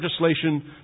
legislation